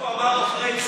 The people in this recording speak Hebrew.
חבר'ה, יש